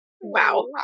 wow